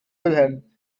wilhelm